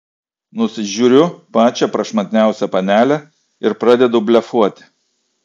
nusižiūriu pačią prašmatniausią panelę ir pradedu blefuoti